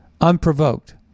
Unprovoked